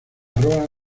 roa